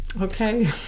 Okay